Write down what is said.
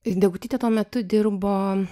ir degutytė tuo metu dirbo